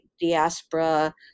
diaspora